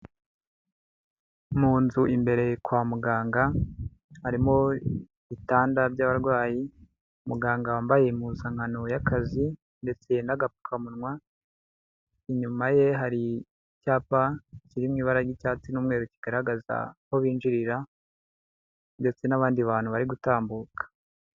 Mu nzu imbere kwa muganga harimo ibitanda by'abarwayi, muganga wambaye impuzankano y'akazi ndetse n'agapfukamunwa, inyuma ye hari icyapa kiri mu ibara ry'icyatsi n'umweru kigaragaza aho binjirira ndetse n'abandi bantu bari gutambuka.